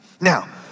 Now